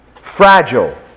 fragile